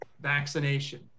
vaccination